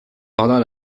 pendant